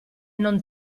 non